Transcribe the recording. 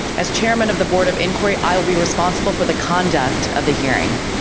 as chairman of the board of inquiry, i will be responsible for the conduct of the hearing.